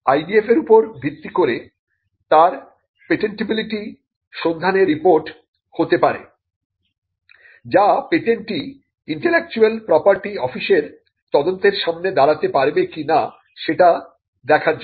IDF এর উপর ভিত্তি করে তার পেটেন্টেবিলিটি সন্ধানের রিপোর্ট হতে পারে যা পেটেন্ট টি ইন্টেলেকচুয়াল প্রপার্টি অফিসের তদন্তের সামনে দাঁড়াতে পারবে কিনা সেটা দেখার জন্য